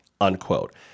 unquote